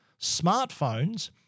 smartphones